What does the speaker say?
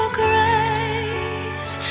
grace